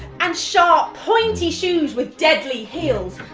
and sharp pointy shoes with deadly heels.